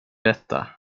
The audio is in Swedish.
detta